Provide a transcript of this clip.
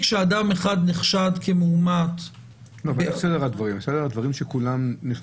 שאדם אחד נחשד כמאומת --- סדר הדברים שכולם נבדקים.